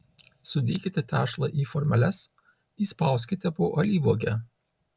sudėkite tešlą į formeles įspauskite po alyvuogę